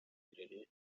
birere